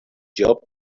job